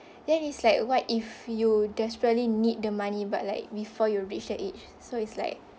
then is like what if you desperately need the money but like before you reach that age so it's like